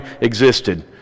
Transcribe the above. existed